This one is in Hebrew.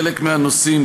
חלק מהנושאים,